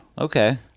Okay